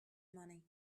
money